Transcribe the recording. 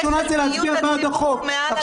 --- יש פה דיון --- מעל החוק.